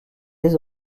dès